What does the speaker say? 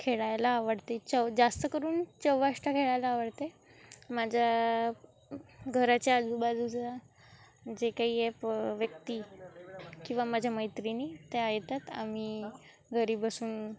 खेळायला आवडते चौ जास्त करून चौवाष्ट खेळायला आवडते माझ्या घराच्या आजूबाजूचा जे काही एप व्यक्ती किंवा माझ्या मैत्रिणी त्या येतात आम्ही घरी बसून